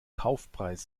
kaufpreis